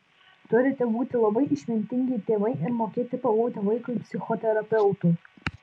turite būti labai išmintingi tėvai ir mokėti pabūti vaikui psichoterapeutu